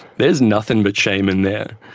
there is nothing but shame in there.